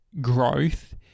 growth